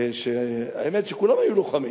האמת שכולם היו לוחמים.